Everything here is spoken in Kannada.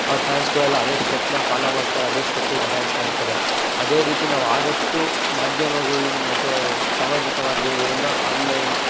ಅವ್ರ ಫ್ಯಾನ್ಸ್ಗಳೆಲ್ಲ ಅದೇ ಸ್ಟೆಪ್ನೇ ಫಾಲೋ ಮಾಡ್ತಾರೆ ಅದೇ ಸ್ಟೆಪ್ಪಿಗೆ ಡ್ಯಾನ್ಸ್ ಮಾಡ್ತಾರೆ ಅದೇ ರೀತಿ ನಾವು ಆದಷ್ಟು ಮಾಧ್ಯಮಗಳನ್ನ ಮತ್ತು ಸಾಮಾಜಿಕ ಮಾಧ್ಯಮಗಳನ್ನ ಆನ್ಲೈನ್